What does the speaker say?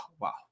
wow